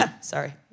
Sorry